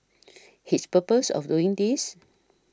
his purpose of doing this